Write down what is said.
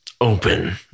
open